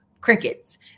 crickets